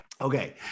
Okay